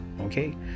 okay